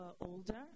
older